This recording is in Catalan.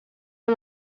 amb